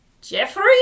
Jeffrey